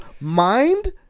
mind